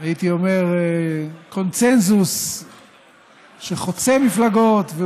הייתי אומר קונסנזוס שחוצה מפלגות,